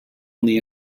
only